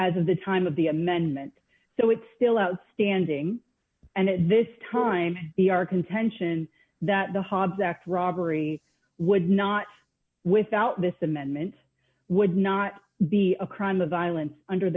as of the time of the amendment so it's still outstanding and at this time the our contention that the hobbs act robbery would not without this amendment would not be a crime of violence under